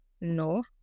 no